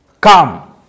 come